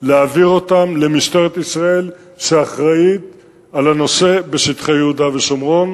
להעביר אותן למשטרת ישראל שאחראית לנושא בשטחי יהודה ושומרון.